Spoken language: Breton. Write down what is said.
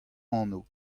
anv